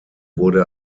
wurde